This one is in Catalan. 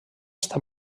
està